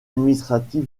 administratif